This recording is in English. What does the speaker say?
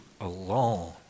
alone